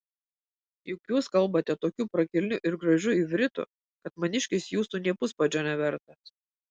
juk jūs kalbate tokiu prakilniu ir gražiu ivritu kad maniškis jūsų nė puspadžio nevertas